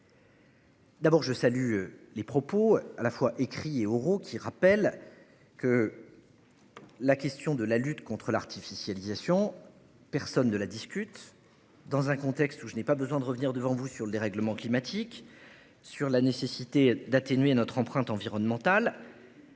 D'abord je salue les propos à la fois écrits et oraux qui rappelle que. La question de la lutte contre l'artificialisation personne de la discute. Dans un contexte où je n'ai pas besoin de revenir devant vous sur le dérèglement climatique sur la nécessité d'atténuer notre empreinte environnementale.